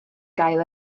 gael